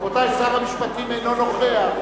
רבותי, שר המשפטים אינו נוכח.